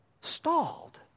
Stalled